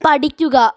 പഠിക്കുക